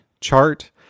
chart